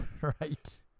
Right